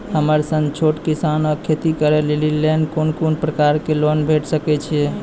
हमर सन छोट किसान कअ खेती करै लेली लेल कून कून प्रकारक लोन भेट सकैत अछि?